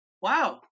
Wow